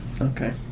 Okay